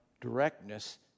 directness